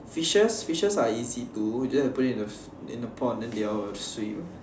fishes fishes are easy too you just have to put it in the pot then they all will swim